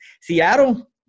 Seattle